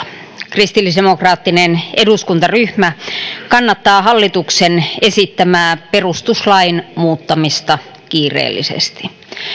kristillisdemokraattinen eduskuntaryhmä kannattaa hallituksen esittämää perustuslain muuttamista kiireellisesti